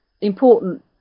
important